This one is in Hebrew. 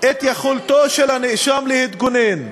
את יכולתו של הנאשם להתגונן,